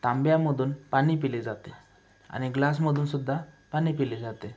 तांब्यामधून पाणी पिले जाते आणि ग्लासमधूनसुद्धा पाणी पिले जाते